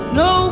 no